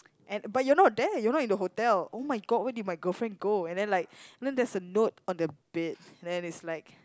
and but you're no there you're not in the hotel oh-my-god where did my girlfriend go and then like you know there's a note on the bed then it's like